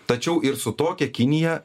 tačiau ir su tokia kinija